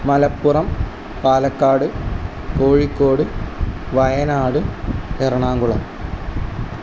Malappuram Palakkad Kozhikode Wayanad Ernakulam